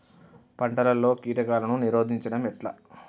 పంటలలో కీటకాలను నిరోధించడం ఎట్లా?